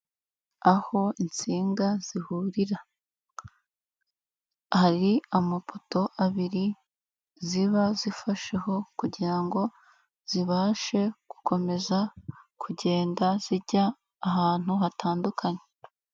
Aho insinga zihurira, hari amapoto abiri ziba zifasheho kugira ngo zibashe gukomeza kugenda zijya ahantu hatandukanye.